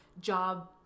job